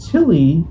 Tilly